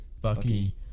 Bucky